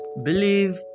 Believe